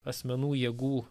asmenų jėgų